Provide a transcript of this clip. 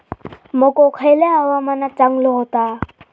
मको खयल्या हवामानात चांगलो होता?